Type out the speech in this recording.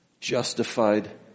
Justified